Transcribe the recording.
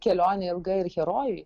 kelionė ilga ir herojui